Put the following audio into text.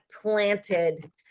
planted